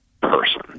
person